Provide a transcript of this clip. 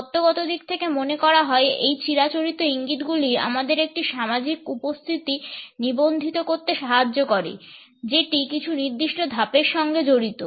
তত্ত্বগত দিক থেকে মনে করা হয় এই চিরাচরিত ইঙ্গিত গুলি আমাদের একটি সামাজিক উপস্থিতি নিবন্ধিত করতে সাহায্য করে যেটি কিছু নির্দিষ্ট ধাপের সঙ্গে জড়িত